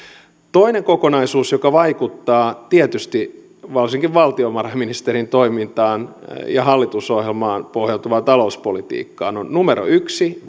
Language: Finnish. toinen kokonaisuus joka vaikuttaa tietysti varsinkin valtiovarainministerin toimintaan ja hallitusohjelmaan pohjautuvaan talouspolitiikkaan on numero yksi